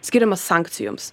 skiriamas sankcijoms